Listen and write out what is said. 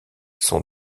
son